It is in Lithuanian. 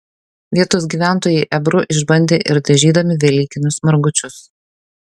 vietos gyventojai ebru išbandė ir dažydami velykinius margučius